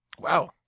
Wow